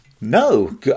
No